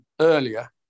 earlier